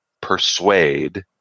persuade